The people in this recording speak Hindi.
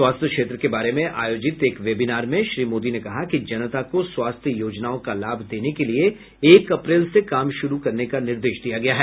स्वास्थ्य क्षेत्र के बारे में आयोजित एक वेबिनार में श्री मोदी ने कहा कि जनता को स्वास्थ्य योजनाओं का लाभ देने के लिए एक अप्रैल से काम शुरू करने का निर्देश दिया गया है